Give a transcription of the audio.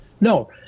No